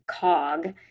cog